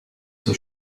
too